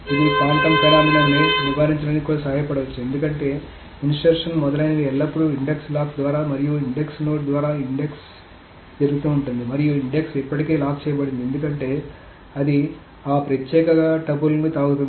ఇది phantom phenomenon ని నివారించడానికి కూడా సహాయపడవచ్చు ఎందుకంటే ఇన్సర్షన్ మొదలైనవి ఎల్లప్పుడూ ఇండెక్స్ లాక్ ద్వారా మరియు ఇండెక్స్ నోడ్ ద్వారా ఇండెక్స్ జరుగుతూ ఉంటుంది మరియు ఇండెక్స్ ఇప్పటికే లాక్ చేయబడింది ఎందుకంటే అది ఆ ప్రత్యేక టపుల్ను తాకుతుంది